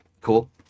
Cool